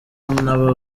naba